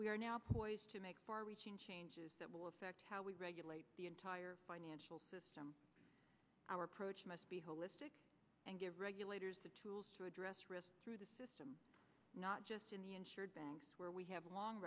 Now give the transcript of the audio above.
we are now poised to make far reaching changes that will affect how we regulate the entire financial system our approach must be holistic and give regulators the tools to address risk through the system not just in the insured banks where we have long